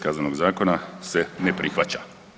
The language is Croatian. Kaznenog zakona se ne prihvaća.